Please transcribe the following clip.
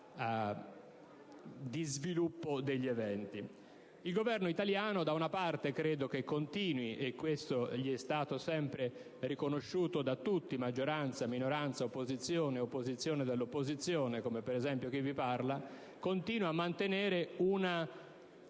Il Governo italiano credo continui - e questo gli è stato sempre riconosciuto da tutti, maggioranza, minoranza, opposizione e opposizione dell'opposizione, come per esempio chi vi parla - a mantenere,